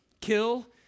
kill